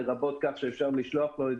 אם הכוונה היא שזה לרבות כך שאפשר לשלוח לו את